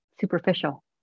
superficial